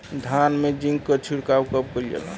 धान में जिंक क छिड़काव कब कइल जाला?